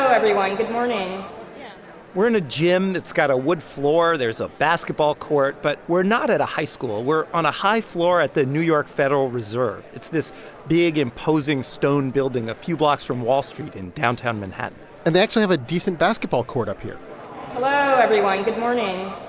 everyone. good morning we're in a gym that's got a wood floor. there's a basketball court. but we're not at a high school. we're on a high floor at the new york federal reserve. it's this big, imposing stone building a few blocks from wall street in downtown manhattan and they actually have a decent basketball court up here hello, everyone. good morning.